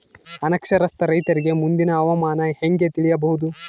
ಅನಕ್ಷರಸ್ಥ ರೈತರಿಗೆ ಮುಂದಿನ ಹವಾಮಾನ ಹೆಂಗೆ ತಿಳಿಯಬಹುದು?